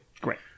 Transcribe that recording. Great